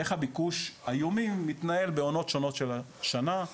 איך הביקוש היומי מתנהל בעונות השונות של השנה,